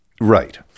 Right